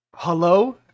hello